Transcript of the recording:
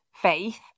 faith